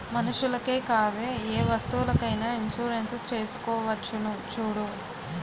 మనుషులకే కాదే ఏ వస్తువులకైన ఇన్సురెన్సు చేసుకోవచ్చును చూడూ